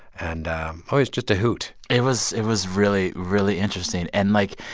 and oh, it's just a hoot it was it was really, really interesting. and, like,